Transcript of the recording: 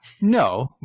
No